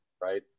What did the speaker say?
right